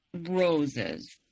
roses